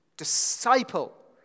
disciple